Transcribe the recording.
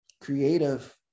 creative